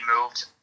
moved